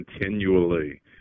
continually